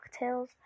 mocktails